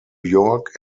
york